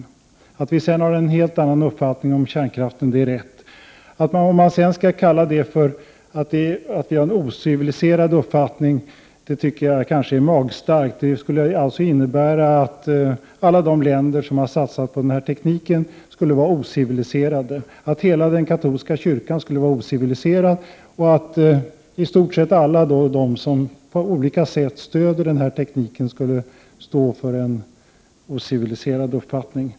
Att vi moderater sedan har en helt annan uppfattning om kärnkraften är riktigt. Att kalla detta för en ociviliserad uppfattning tycker jag är magstarkt. Det skulle ju innebära att alla de länder som har satsat på denna teknik skulle vara ociviliserade, att bl.a. hela den katolska kyrkan skulle vara ociviliserad och att i stort sett alla som på olika sätt stöder denna teknik skulle stå för en ociviliserad uppfattning.